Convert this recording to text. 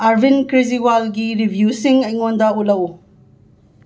ꯑꯥꯔꯕꯤꯟ ꯀꯦꯖ꯭ꯔꯤꯋꯥꯜꯒꯤ ꯔꯤꯚ꯭ꯌꯨꯁꯤꯡ ꯑꯩꯉꯣꯟꯗ ꯎꯠꯂꯛꯎ